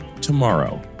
tomorrow